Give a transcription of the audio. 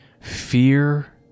Fear